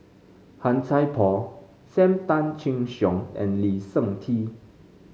Han Sai Por Sam Tan Chin Siong and Lee Seng Tee